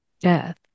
death